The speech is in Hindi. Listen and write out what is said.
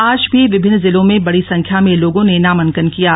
आज भी विभिन्न जिलों में बडी संख्या में लोगों ने नामांकन किये